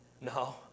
No